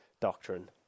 doctrine